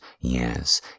Yes